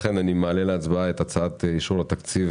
אני מעלה להצבעה את הצעת אישור תקציב